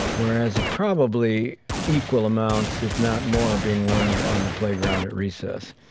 whereas, probably equal amounts if not more are being learned on the playground at recess.